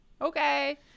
Okay